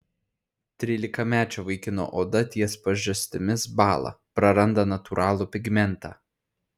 trylikamečio vaikino oda ties pažastimis bąla praranda natūralų pigmentą